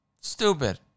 Stupid